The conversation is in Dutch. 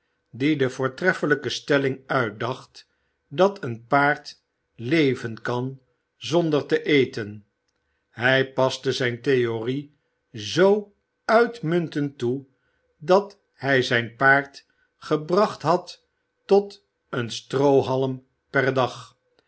die de voortreffelijke stelling uitdacht dat een paard leven kan zonder te eten hij paste zijn theorie zoo uitmuntend toe dat hij zijn paard gebracht had tot een stroohalm per dag